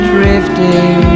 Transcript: Drifting